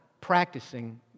practicing